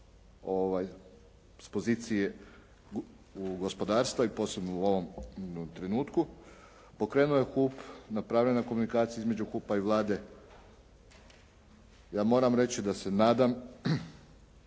s pozicije gospodarstva i posebno u ovom trenutku pokrenuo je HUP, napravljena je komunikacija između HUP-a i Vlade. Ja moram reći da se nadam